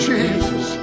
Jesus